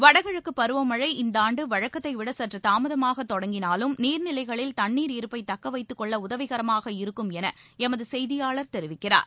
வடகிழக்கு பருவமழை இந்தாண்டு வழக்கத்தைவிட சற்று தாமதமாக தொடங்கினாலும் நீர்நிலைகளில் தண்ணீர் இருப்பை தக்க வைத்துக்கொள்ள உதவிகரமாக இருக்கும் என எமது செய்தியாளர் தெரிவிக்கிறார்